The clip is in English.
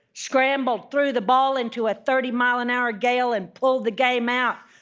scrambled, threw the ball into a thirty mile an hour gale, and pulled the game out.